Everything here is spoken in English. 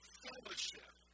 fellowship